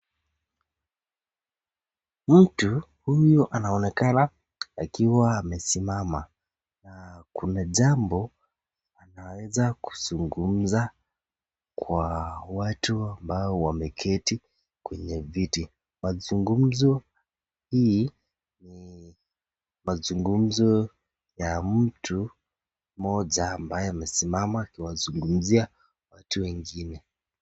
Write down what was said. Mtu huyu anaonekana akiwa amesimama na kuna jambo anaweza kuzungumza kwa watu ambao wameketi kwenye viti, mazungumzo hii ni mazungumzo ya mtu mmoja ambaye amesimama akiwazungumzia watu wengine.